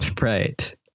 right